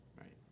Right